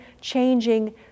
changing